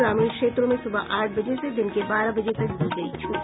ग्रामीण क्षेत्रों में सुबह आठ बजे से दिन के बारह बजे तक दी गयी छूट